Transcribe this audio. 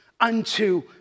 unto